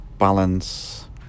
balance